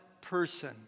person